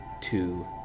two